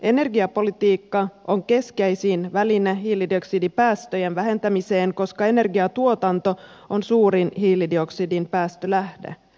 energiapolitiikka on keskeisin väline hiilidioksidipäästöjen vähentämiseen koska energiantuotanto on suurin hiilidioksidin päästölähde